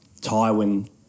Tywin